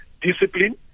discipline